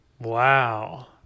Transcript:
Wow